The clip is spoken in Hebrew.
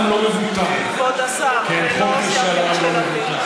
משאל העם לא מבוטל, חוק משאל העם לא מבוטל.